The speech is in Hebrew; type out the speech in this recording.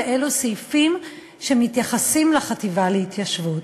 ואלה סעיפים שמתייחסים לחטיבה להתיישבות.